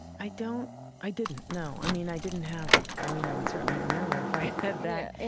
i don't i didn't, no, i mean i didn't have, i mean, i would certainly remember if i had that,